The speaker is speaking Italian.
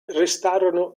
restarono